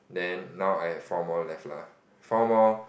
then now I have four more left lah four more